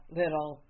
little